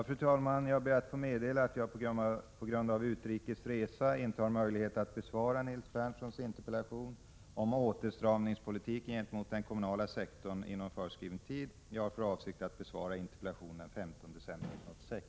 Fru talman! Jag ber att få meddela att jag på grund av utrikes resa inte har möjlighet att besvara Nils Berndtsons interpellation om åtstramningspolitiken gentemot den kommunala sektorn inom föreskriven tid. Jag har för avsikt att besvara interpellationen den 15 december 1986.